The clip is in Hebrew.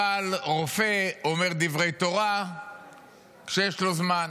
הבעל רופא, אומר דברי תורה כשיש לו זמן.